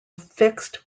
fixed